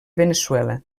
veneçuela